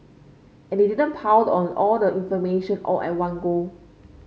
and they didn't pile on all the information all at one go